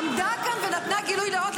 עמדה כאן ונתנה גילוי נאות.